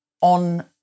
on